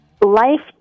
Life